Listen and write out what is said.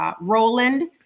Roland